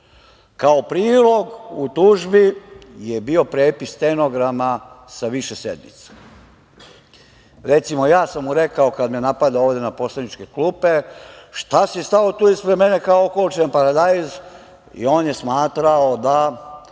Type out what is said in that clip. Kao prilog u tužbi je bio prepis stenograma sa više sednica. Recimo, ja sam mu rekao kad me napadao ovde iz poslaničke klupe – šta si stao tu ispred mene kao ukočen paradajz. On je smatrao da